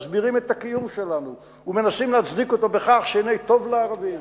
מסבירים את הקיום שלנו ומנסים להצדיק אותו בכך שהנה טוב לערבים,